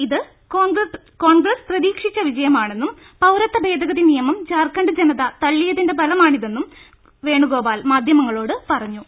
ഇത് കോൺഗ്രസ് പ്രതീക്ഷിച്ച വിജയമാണെന്നും പൌരത്വ ഭേദ ഗതി നിയമം ജാർഖണ്ഡ് ജനത തള്ളിയതിന്റെ ഫലമാണിതെന്നും വേണുഗോപാൽ മാധ്യമങ്ങളോട് പറഞ്ഞു